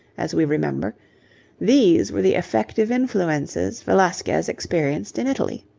as we remember these were the effective influences velasquez experienced in italy.